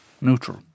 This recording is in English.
neutral